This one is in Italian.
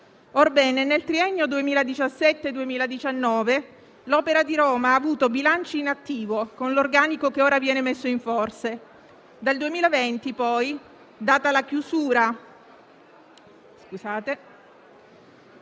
Orbene, nel triennio 2017-2019 l'Opera di Roma ha avuto bilanci in attivo con l'organico che ora viene messo in forse. Dal 2020, poi, data la chiusura